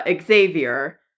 Xavier